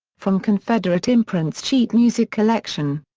from confederate imprints sheet music collection.